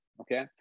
okay